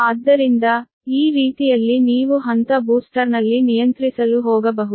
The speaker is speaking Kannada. ಆದ್ದರಿಂದ ಈ ರೀತಿಯಲ್ಲಿ ನೀವು ಹಂತ ಬೂಸ್ಟರ್ನಲ್ಲಿ ನಿಯಂತ್ರಿಸಲು ಹೋಗಬಹುದು